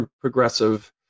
progressive